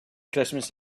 christmas